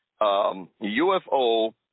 UFO